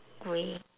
grey